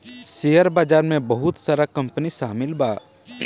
share बाजार में बहुत सारा कंपनी शामिल बा